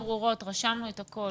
רשמנו את הכול.